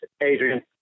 Adrian